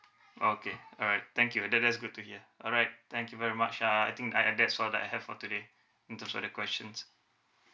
okay alright thank you that that's good to hear alright thank you very much uh I think I I that's all I have for today in terms of the questions